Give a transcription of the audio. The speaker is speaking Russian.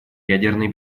ядерной